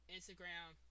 Instagram